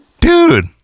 dude